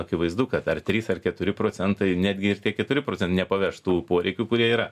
akivaizdu kad ar trys ar keturi procentai netgi ir tie keturi procentai nepaveš tų poreikių kurie yra